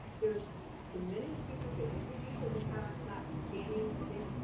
there's diminished supervision because usually the parent's not standing there.